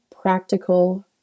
practical